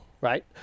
right